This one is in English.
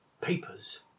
papers